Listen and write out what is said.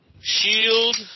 Shield